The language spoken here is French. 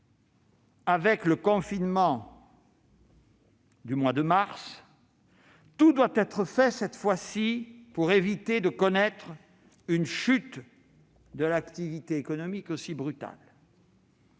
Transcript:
avec le confinement du mois de mars, tout doit être fait, cette fois-ci, pour éviter de connaître une chute de l'activité économique aussi brutale.